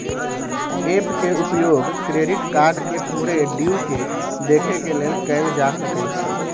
app के उपयोग credit card के पूरे ड्यू के देखे के लेल कएल जा सकइ छै